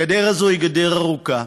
הגדר הזאת היא גדר ארוכה,